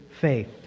faith